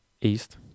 east